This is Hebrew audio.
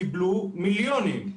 קיבלו מיליונים.